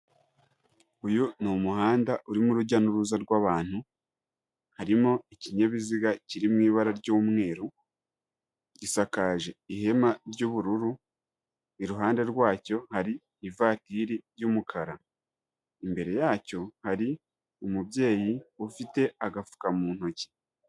Uyu ni umuhanda urimo urujya n'uruza rw'abantu, harimo ikinyabiziga kiri mu ibara ry'umweru, gisakaje ihema ry'ubururu, iruhande rwacyo hari ivatiri y'umukara. Imbere yacyo hari umubyeyi ufite agafuka mu ntoki.